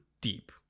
deep